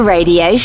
Radio